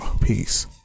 Peace